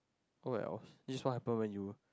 oh well this is what happen when you